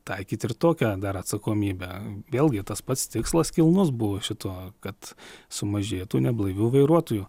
taikyt ir tokią dar atsakomybę vėlgi tas pats tikslas kilnus buvo šituo kad sumažėtų neblaivių vairuotojų